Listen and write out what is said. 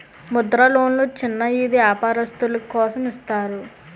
ముద్ర లోన్లు చిన్న ఈది వ్యాపారస్తులు కోసం ఇస్తారు